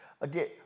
again